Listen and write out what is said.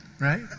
Right